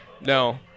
No